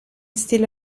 stile